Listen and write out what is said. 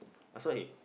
I saw him